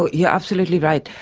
but yeah absolutely right.